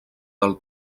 del